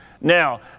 Now